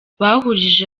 bahurije